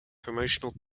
promotional